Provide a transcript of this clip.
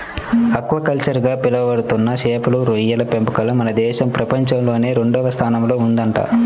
aquaculture గా పిలవబడుతున్న చేపలు, రొయ్యల పెంపకంలో మన దేశం ప్రపంచంలోనే రెండవ స్థానంలో ఉందంట